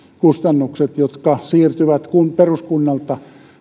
kustannukset jotka siirtyvät peruskunnalta